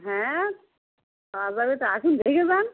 হ্যাঁ পাওয়া যাবে তা আসুন দেখে যান